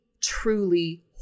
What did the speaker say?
truly